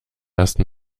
ersten